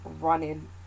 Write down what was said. running